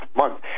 month